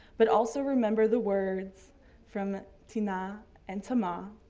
but also remember the words from tina and tima,